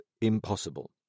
impossible